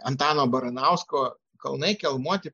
antano baranausko kalnai kelmuoti